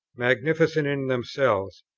magnificent in themselves,